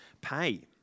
pay